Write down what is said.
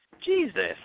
Jesus